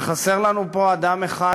וחסר לנו פה אדם אחד,